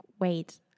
wait